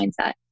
mindset